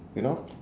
you know